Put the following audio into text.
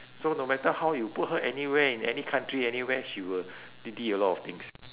so no matter how you put her anywhere in any country anywhere she will didi a lot of things